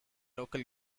local